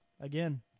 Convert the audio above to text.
again